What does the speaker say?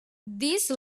these